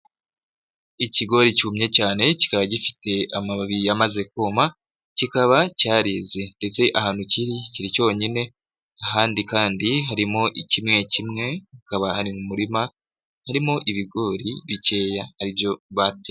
Ikigori cyumye cyane kikaba gifite amababi yamaze kuma, kikaba cyareze, ndetse ahantu kiri kiri cyonyine, ahandi kandi harimo ikimwe kimwe, akaba ari mu murima, harimo ibigori bikeya aribyo bateye.